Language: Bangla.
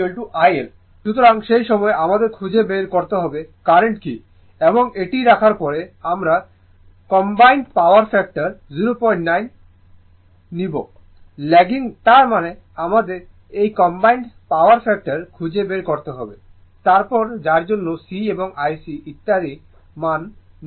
সুতরাং সেই সময় আমাদের খুঁজে বের করতে হবে কারেন্ট কী এবং এটি রাখার পরে আমরা চাই কম্বাইন্ড পাওয়ার ফ্যাক্টর 095 হওয়া উচিত ল্যাগিং তার মানে আমাদের এর কম্বাইন্ড পাওয়ার ফ্যাক্টর খুঁজে বের করতে হবে তারপর যার জন্য C এবং IC ইত্যাদির মান কী হবে